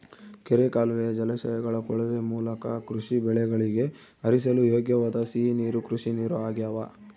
ಕೆರೆ ಕಾಲುವೆಯ ಜಲಾಶಯಗಳ ಕೊಳವೆ ಮೂಲಕ ಕೃಷಿ ಬೆಳೆಗಳಿಗೆ ಹರಿಸಲು ಯೋಗ್ಯವಾದ ಸಿಹಿ ನೀರು ಕೃಷಿನೀರು ಆಗ್ಯಾವ